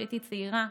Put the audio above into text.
כשהייתי צעירה.